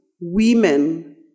women